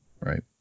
Right